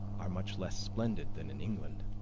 are much less splendid than in england.